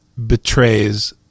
betrays